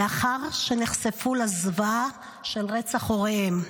לאחר שנחשפו לזוועה של רצח הוריהן.